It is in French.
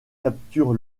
capture